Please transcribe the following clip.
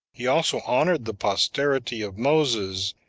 he also honored the posterity of moses,